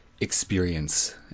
experience